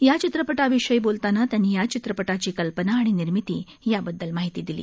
या चित्रपटाविषयी बोलतांना त्यांनी या चित्रपटाची कल्पना आणि निर्मिती याबद्दल माहिती दिली